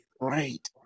right